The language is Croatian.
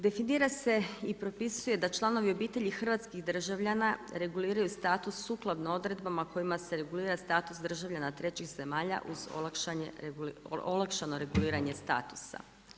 Definira se i propisuje da članovi obitelji hrvatskih državljana reguliraju status sukladno odredbama kojima se regulira status državljana trećih zemalja uz olakšano reguliranje statusa.